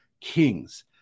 king's